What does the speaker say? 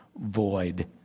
void